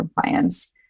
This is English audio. compliance